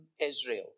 Israel